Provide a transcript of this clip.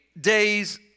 days